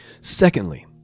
Secondly